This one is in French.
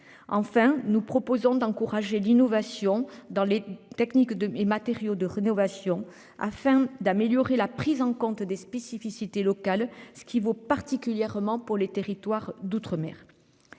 Enfin nous proposons d'encourager l'innovation dans les techniques de matériaux de rénovation afin d'améliorer la prise en compte des spécificités locales, ce qui vaut particulièrement pour les territoires d'outre-mer.